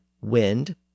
wind